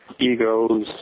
egos